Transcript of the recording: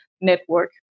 network